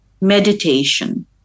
meditation